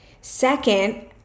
Second